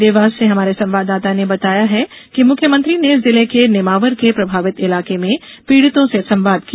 देवास से हमारे संवाददाता ने बताया है कि मुख्यमंत्री ने जिले के नेमावर के प्रभावित इलाके में पीड़ितों से संवाद किया